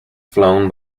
flown